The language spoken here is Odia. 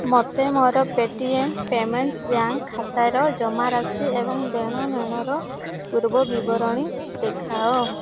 ମୋତେ ମୋର Paytm payments bank ଖାତାର ଜମାରାଶି ଏବଂ ଦେଣନେଣର ପୂର୍ବ ବିବରଣୀ ଦେଖାଅ